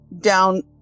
down